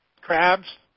crabs